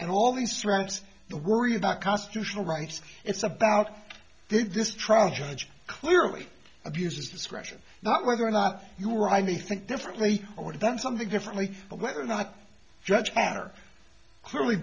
and all these threats to worry about constitutional rights it's about this trial judge clearly abuses discretion not whether or not you or i may think differently or done something differently but whether or not judge after clearly